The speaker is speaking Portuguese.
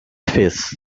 fez